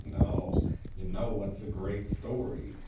no you know what's a great story?